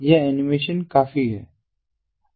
यह एनीमेशन काफी है